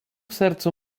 sercu